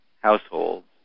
households